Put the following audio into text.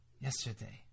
yesterday